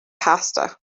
pasta